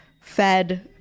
fed